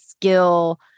skill